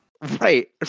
Right